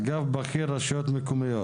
אגף בכיר רשויות מקומיות.